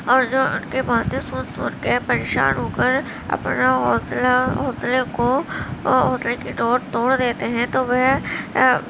اور جو ان کے باتیں سوچ سوچ کے پریشان ہو کر اپنا حوصلہ حوصلے کو حوصلے کی ڈور توڑ دیتے ہیں تو وہ